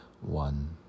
one